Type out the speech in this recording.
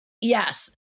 yes